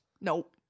nope